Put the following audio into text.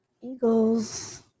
Eagles